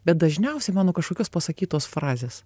bet dažniausiai man nuo kažkokios pasakytos frazės